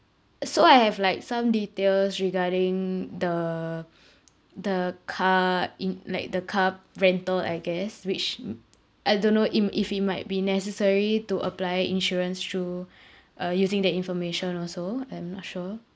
so I have like some details regarding the the car in like the car rental I guess which mm I don't know im~ if it might be necessary to apply insurance through uh using the information also I'm not sure